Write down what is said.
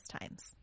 times